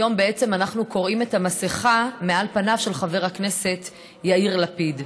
היום בעצם אנחנו קורעים את המסכה מעל פניו של חבר הכנסת יאיר לפיד,